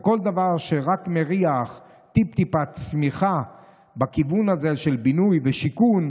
וכל דבר שרק מריח טיפ-טיפה צמיחה בכיוון הזה של בינוי ושיכון,